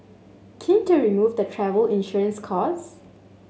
keen to remove the travel insurance cost